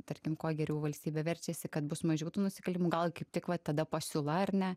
tarkim kuo geriau valstybė verčiasi kad bus mažiau tų nusikaltimų kaip tik va tada pasiūla ar ne